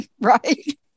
right